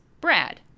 brad